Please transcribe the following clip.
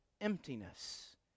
emptiness